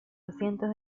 asientos